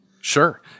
Sure